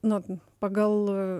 nu pagal